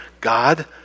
God